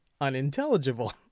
unintelligible